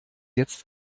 jetzt